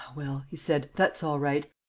well, he said, that's all right.